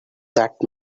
that